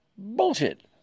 Bullshit